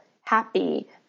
happy